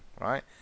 right